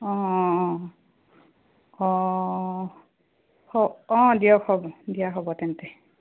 অঁ অঁ অঁ অঁ দিয়ক হ'ব দিয়া হ'ব তেন্তে